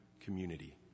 community